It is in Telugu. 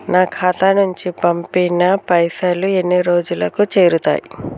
నా ఖాతా నుంచి పంపిన పైసలు ఎన్ని రోజులకు చేరుతయ్?